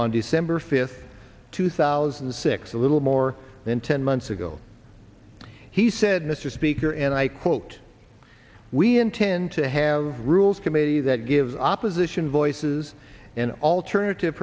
on december fifth two thousand and six a little more than ten months ago he said mr speaker and i quote we intend to have rules committee that gives opposition voices an alternative